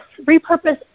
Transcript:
Repurpose